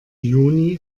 juni